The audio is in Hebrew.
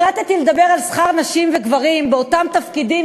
החלטתי לדבר על שכר נשים וגברים באותם תפקידים,